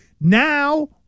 now